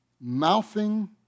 mouthing